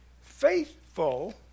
faithful